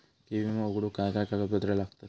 विमो उघडूक काय काय कागदपत्र लागतत?